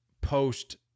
post